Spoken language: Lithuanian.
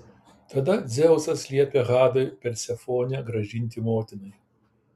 tada dzeusas liepė hadui persefonę grąžinti motinai